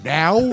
now